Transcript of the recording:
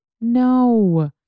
No